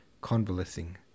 convalescing